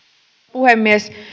puhemies